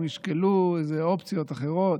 הם ישקלו איזה אופציות אחרות.